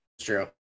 true